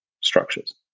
structures